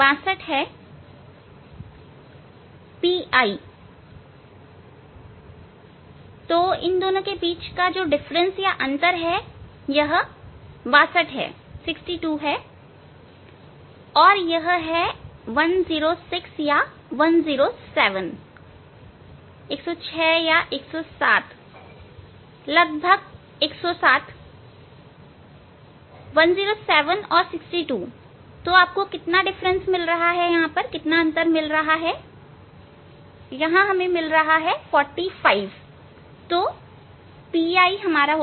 PI तो इन दोनों के बीच का अंतर यह 62 है और यह 106 या 107 लगभग 107 और 62 तो आपको कितना मिल रहा है 45 तो यह PI 45 है